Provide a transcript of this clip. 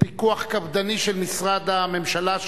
פיקוח קפדני של משרד הממשלה,